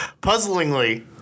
puzzlingly